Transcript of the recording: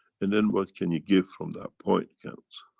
and then what can you give from that point counts.